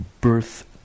birth